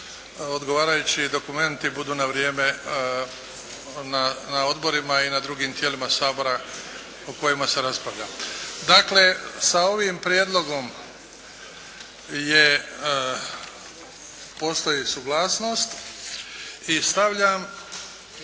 odgovarajući dokumenti budu na vrijeme na odborima i na drugim tijelima Sabora o kojima se raspravlja. Dakle, sa ovim prijedlogom postoji suglasnost. Stavljam